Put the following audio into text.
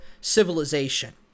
civilization